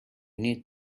need